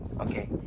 okay